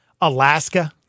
Alaska